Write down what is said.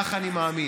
ככה אני מאמין.